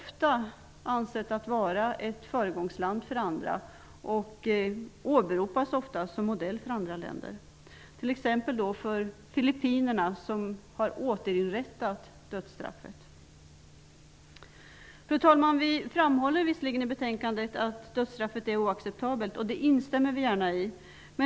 USA anses ju vara ett föregångsland för andra länder och åberopas ofta som modell, t.ex. för Filippinerna som har återinrättat dödsstraffet. Fru talman! I betänkandet framhåller utskottet att dödsstraffet är oacceptabelt. Det instämmer vi gärna i.